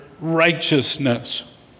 righteousness